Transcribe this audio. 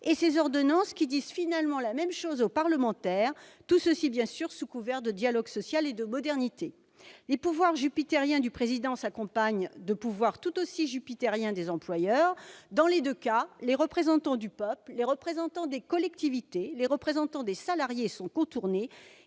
et ces ordonnances qui disent la même chose aux parlementaires, tout cela bien sûr sous couvert de dialogue social et de modernité. Les pouvoirs jupitériens du Président de la République s'accompagnent de pouvoirs tout aussi jupitériens des employeurs. Dans les deux cas, les représentants du peuple, des collectivités ou des salariés sont contournés,